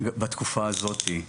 בתקופה הזאת.